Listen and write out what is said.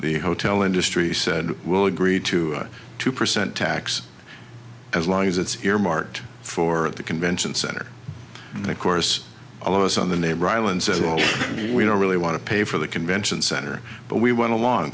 the hotel industry said we'll agree to a two percent tax as long as it's earmarked for at the convention center and of course all of us on the neighbor island said to me we don't really want to pay for the convention center but we went along